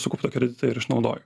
sukauptą kreditą ir išnaudoju